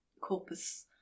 corpus